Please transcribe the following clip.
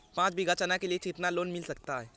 पाँच बीघा चना के लिए कितना लोन मिल सकता है?